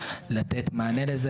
לתת מענה לזה,